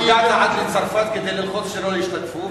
הגעת עד לצרפת כדי ללחוץ שלא ישתתפו,